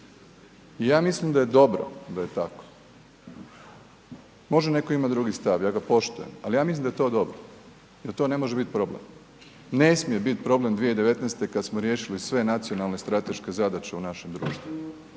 Ja mislim da je dobro da je tako. Može netko imati drugi stav, ja ga poštujem, ali ja mislim da je to dobro. Da to ne može biti problem, ne smije biti problem 2019. kad smo riješili sve nacionalne strateške zadaće u našem društvu.